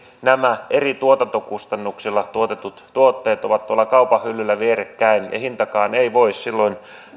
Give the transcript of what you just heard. nämä eri tuotantokustannuksilla tuotetut tuotteet ovat tuolla kaupan hyllyllä vierekkäin ja hintakaan ei voi silloin